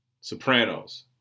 Sopranos